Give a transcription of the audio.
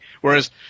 Whereas